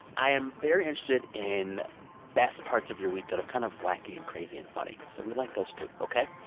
i am very interested in best parts of your week that are kind of wacky and crazy and funny. so we like those, too. ok.